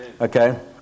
Okay